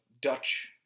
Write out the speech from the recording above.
Dutch